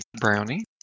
Brownie